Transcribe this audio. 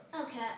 Okay